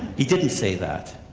he didn't say that,